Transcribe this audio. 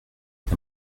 est